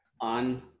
on